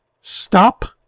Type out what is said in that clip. stop